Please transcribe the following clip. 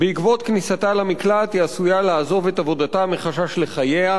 בעקבות כניסתה למקלט היא עשויה לעזוב את עבודתה מחשש לחייה,